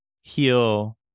heal